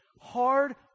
Hard